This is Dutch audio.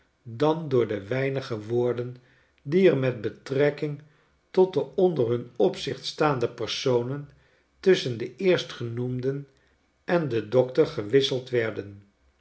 dan door de weinige woorden die er met betrekking tot de onder hun opzicht staande personen tusschen de eerstgenoemden en den dokter gewisseld werden